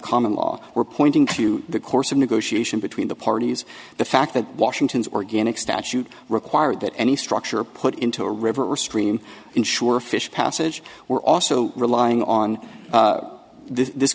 common law were pointing to the course of negotiation between the parties the fact that washington's organic statute required that any structure put into a river or stream insure a fish passage were also relying on this